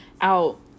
out